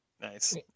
Nice